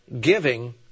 giving